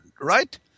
right